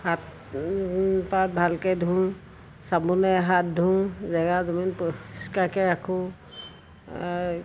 হাত পাত ভালকৈ ধোওঁ চাবোনে হাত ধোওঁ জেগা জমিন পৰিষ্কাৰকৈ ৰাখোঁ